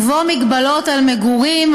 ובו הגבלות על מגורים,